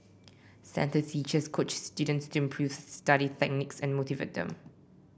centre teachers coach students to improve study techniques and motivate them